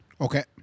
Okay